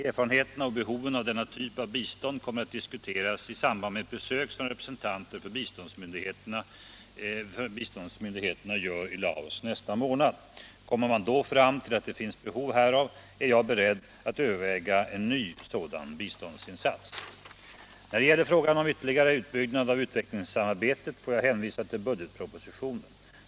Erfarenheterna och behoven av denna typ av bistånd kommer att diskuteras i samband med ett besök som representanter för biståndsmyndigheterna gör i Laos nästa månad. Kommer man då fram till att det finns behov härav, är jag beredd att överväga en ny sådan biståndsinsats. När det gäller frågan om ytterligare utbyggnad av utvecklingssamarbetet får jag hänvisa till budgetpropositionen.